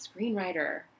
screenwriter